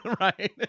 right